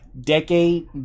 decade